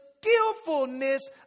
skillfulness